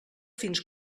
fins